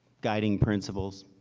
guiding principles.